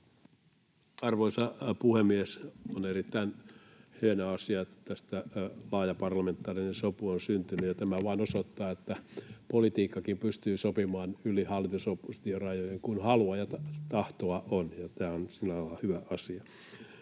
Arvoisa puhemies! On erittäin hieno asia, että tästä laaja parlamentaarinen sopu on syntynyt. Tämä vain osoittaa, että politiikkaakin pystyy sopimaan yli hallitus—oppositio-rajojen, kun halua ja tahtoa on, ja tämä on sillä lailla hyvä asia.